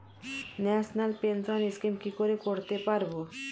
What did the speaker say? National pension scheme কি করে করতে পারব?